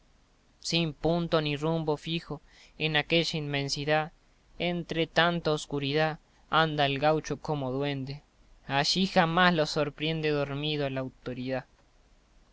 sin punto ni rumbo fijo en aquella inmensidá entre tanta escuridá anda el gaucho como duende allí jamás lo sorpriende dormido la autoridá